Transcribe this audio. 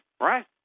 Right